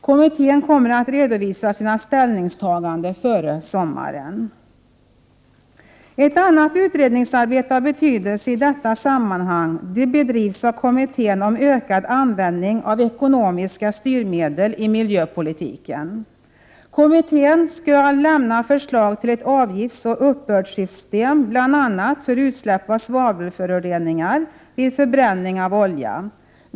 Kommittén kommer att redovisa sina ställningstaganden före sommaren. Ett annat utredningsarbete av betydelse i detta sammanhang bedrivs av kommittén om ökad användning av ekonomiska styrmedel i miljöpolitiken. Kommittén skall lämna förslag till ett avgiftsoch uppbördssystem bl.a. för utsläpp av svavelföreningar vid förbränning av olja.